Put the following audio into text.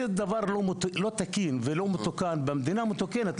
זה דבר לא תקין ולא מתוקן במדינה מתוקנת,